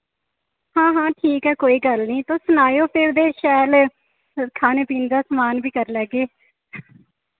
हां हां ठीक ऐ कोई गल्ल नि तुस सनाओ फिर ते शैल खाने पीने दा समान बी करी लैगे